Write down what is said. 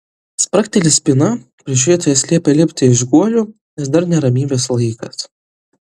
spragteli spyna prižiūrėtojas liepia lipti iš guolių nes dar ne ramybės laikas